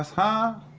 huh